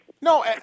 No